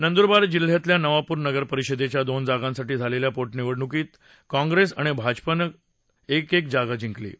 नंद्रबार जिल्ह्यातल्या नवाप्र नगरपरिषदेच्या दोन जागांसाठी झालेल्या पोटनिवडणुकीत काँग्रेस आणि भाजपानं र्कत्याकी एक जागा जिंकली आहे